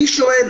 אני שואל,